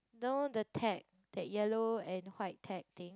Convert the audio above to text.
you know the tag the yellow and white tag thing